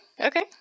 Okay